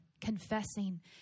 confessing